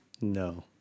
No